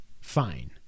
fine